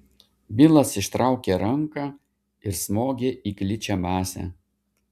bilas ištraukė ranką ir smogė į gličią masę